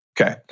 Okay